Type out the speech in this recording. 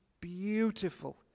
beautiful